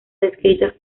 descritas